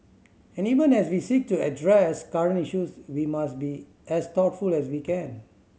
and even as we seek to address current issues we must be as thoughtful as we can